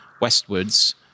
westwards